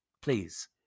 please